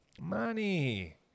money